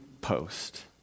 post